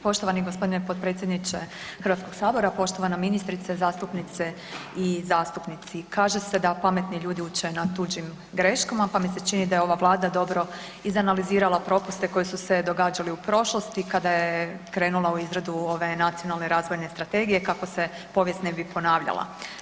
Poštovani gospodine potpredsjedniče Hrvatskog sabora, poštovana ministrice, zastupnice i zastupnici, kaže se da pametni ljudi uče na tuđim greškama pa mi se čini da je ova Vlada dobro izanalizirala propuste koji su se događali u prošlosti kada je krenula u izradu ove nacionalne razvojne strategije kako se povijest ne bi ponavljala.